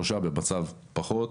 שלושה במצב פחות.